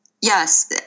Yes